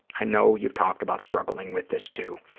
i know you've talked about struggling with this, too.